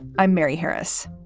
i'm mary harris.